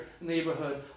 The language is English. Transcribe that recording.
neighborhood